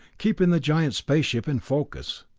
keeping the giant space ship in focus.